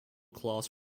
class